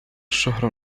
الشهر